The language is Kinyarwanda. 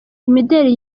imideli